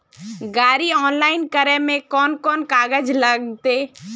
गाड़ी ऑनलाइन करे में कौन कौन कागज लगते?